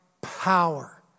power